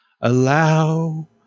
Allow